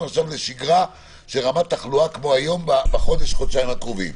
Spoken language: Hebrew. עכשיו לשגרה של רמת תחלואה כמו היום בחודש-חודשיים הקרובים,